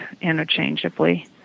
interchangeably